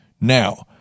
now